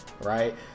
right